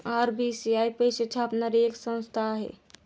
RBI पैसे छापणारी एक संस्था आहे